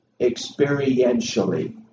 experientially